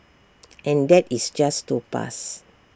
and that is just to pass